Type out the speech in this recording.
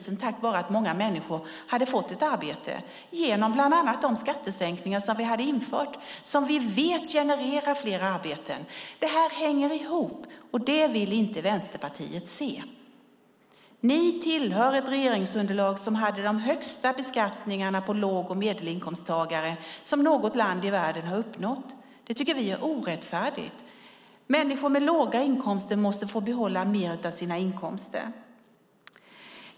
Det var vi tack vare att många människor hade fått ett arbete, bland annat genom de skattesänkningar vi hade infört och som vi vet genererar fler arbeten. Detta hänger ihop, och det vill inte ni i Vänsterpartiet se. Ni tillhör ett regeringsunderlag som hade den högsta beskattningen av låg och medelinkomsttagare som något land i världen har uppnått. Det tycker vi är orättfärdigt. Människor med låga inkomster måste få behålla mer av sina inkomster.